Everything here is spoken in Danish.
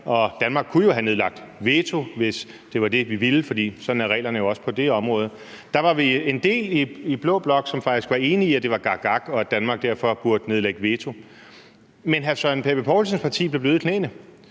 Danmark kunne jo have nedlagt veto, hvis det var det, vi ville, for sådan er reglerne jo også på det område. Der var vi en del i blå blok, som faktisk var enige i, at det var gakgak, og at Danmark derfor burde nedlægge veto. Men hr. Søren Pape Poulsens parti blev bløde i knæene,